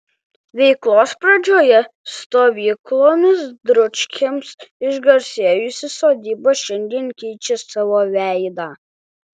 veiklos pradžioje stovyklomis dručkiams išgarsėjusi sodyba šiandien keičia savo veidą